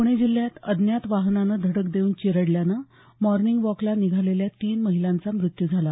पुणे जिल्ह्यात अज्ञात वाहनानं धडक देऊन चिरडल्यानं मॉर्निंग वॉकला निघालेल्या तीन महिलांचा मृत्यू झाला